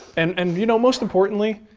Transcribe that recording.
and and you know most importantly,